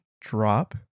drop